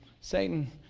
Satan